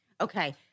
Okay